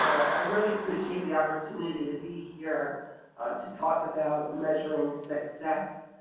i really appreciate the opportunity to be here to talk about measuring success.